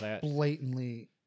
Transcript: blatantly